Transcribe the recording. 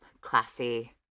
classy